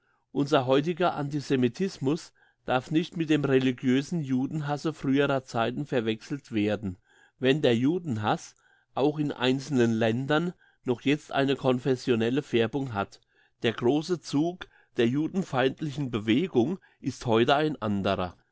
unser heutiger antisemitismus darf nicht mit dem religiösen judenhasse früherer zeiten verwechselt werden wenn der judenhass auch in einzelnen ländern noch jetzt eine confessionelle färbung hat der grosse zug der judenfeindlichen bewegung ist heute ein anderer